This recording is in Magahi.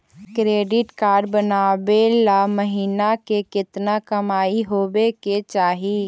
क्रेडिट कार्ड बनबाबे ल महीना के केतना कमाइ होबे के चाही?